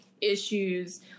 issues